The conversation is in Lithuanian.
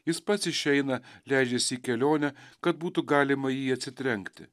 jis pats išeina leidžiasi į kelionę kad būtų galima į jį atsitrenkti